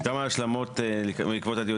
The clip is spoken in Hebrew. כן אנחנו נעשה כמה השלמות בעקבות הדיונים